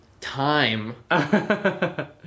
time